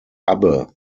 abbe